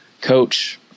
Coach